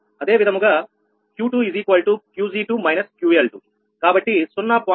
అదే విధముగా 𝑄2 𝑄𝑔2 − 𝑄𝐿2 కాబట్టి 0